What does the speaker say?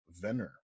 venner